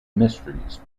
mysteries